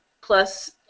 Plus